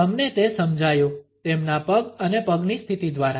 તમને તે સમજાયું તેમના પગ અને પગની સ્થિતિ દ્વારા